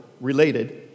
related